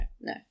no